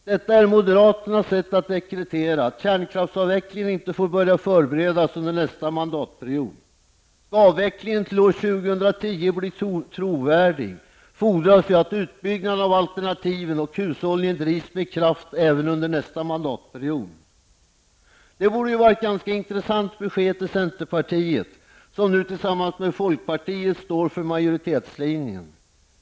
Detta är moderaternas sätt att dekretera att kärnkraftsavvecklingen inte får börja förberedas under nästa mandatperiod. Skall avvecklingen till år 2010 bli trovärdig, fordras ju att utbyggnaden av alternativen och hushållningen drivs med kraft även under nästa mandatperiod. Det borde ju vara ett ganska intressant besked till centerpartiet, som nu tillsammans med folkpartiet står för majoritetslinjen.